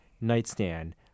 nightstand